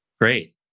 Great